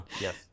yes